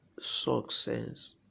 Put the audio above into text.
success